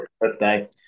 birthday